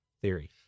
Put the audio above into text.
theory